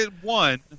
One